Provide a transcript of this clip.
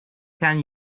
ten